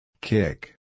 Kick